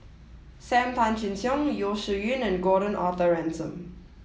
Sam Tan Chin Siong Yeo Shih Yun and Gordon Arthur Ransome